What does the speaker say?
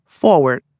Forward